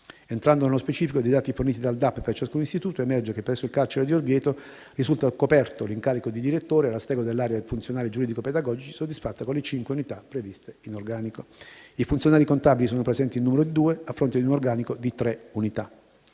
Entrando nello specifico dei dati forniti dal DAP per ciascun istituto, emerge che presso il carcere di Orvieto risulta coperto l'incarico di direttore, alla stregua dell'area funzionari giuridico-pedagogici, soddisfatta con le cinque unità previste in organico. I funzionari contabili sono presenti in numero di due, a fronte di un organico di tre unità.